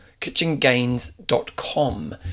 kitchengains.com